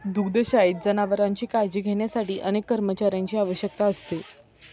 दुग्धशाळेत जनावरांची काळजी घेण्यासाठी अनेक कर्मचाऱ्यांची आवश्यकता असते